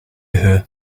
her